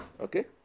okay